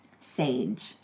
Sage